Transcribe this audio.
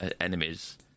enemies